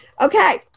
okay